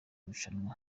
irushanwa